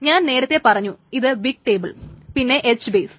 ഞാൻ നേരത്തെ പറഞ്ഞു ഇത് ബിഗ് ടേബിൾ പിന്നെ H ബേസ്